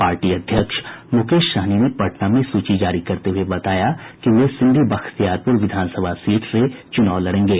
party अध्यक्ष मुकेश सहनी ने पटना में सूची जारी करते हुए बताया कि वे सिमरी बख्तियारपुर विधानसभा सीट से चुनाव लड़ेंगे